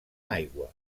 aigua